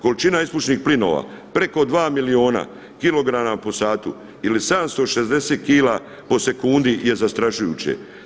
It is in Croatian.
Količina ispušnih plinova preko dva milijuna kilograma po satu ili 760 kila po sekundi je zastrašujuće.